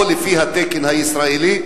או לפי התקן הישראלי?